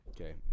Okay